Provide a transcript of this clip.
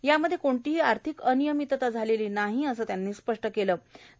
यामध्ये कोणतीही आर्थिक अनियमितता झालेली नाही असंही त्यांनी स्पष्ट केलंय